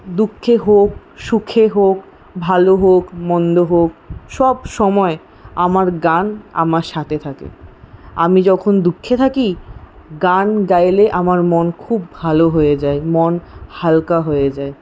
দুঃখে হোক সুখে হোক ভালো হোক মন্দ হোক সবসময় আমার গান আমার সাথে থাকে আমি যখন দুঃখে থাকি গান গাইলে আমার মন খুব ভালো হয়ে যায় মন হালকা হয়ে যায়